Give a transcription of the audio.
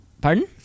Pardon